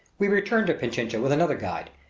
we returned to pichincha with another guide,